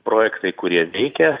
projektai kurie veikia